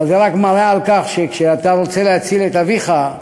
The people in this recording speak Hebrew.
אבל זה רק מראה שכשאתה רוצה להציל את אביך,